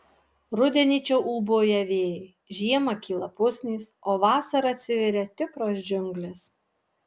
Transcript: rudenį čia ūbauja vėjai žiemą kyla pusnys o vasarą atsiveria tikros džiunglės